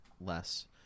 less